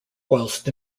whilst